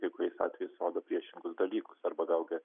kai kuriais atvejais rodo priešingus dalykus arba vėl gi